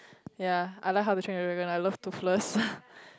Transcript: ya I like How-to-Train-Your-Dragon I love Toothless